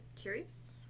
Curious